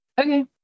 Okay